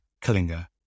Kalinga